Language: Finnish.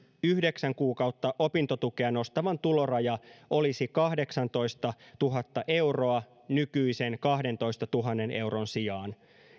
yhdeksän kuukautta opintotukea nostavan tuloraja olisi kahdeksantoistatuhatta euroa nykyisen kahdentoistatuhannen euron sijaan